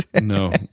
No